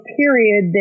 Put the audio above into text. period